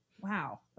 Wow